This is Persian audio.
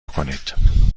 کنید